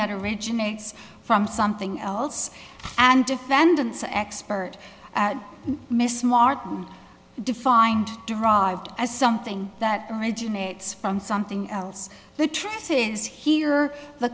that originates from something else and defendants are expert miss martin defined derived as something that originates from something else the truth is here the